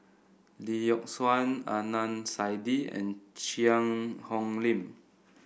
Lee Yock Suan Adnan Saidi and Cheang Hong Lim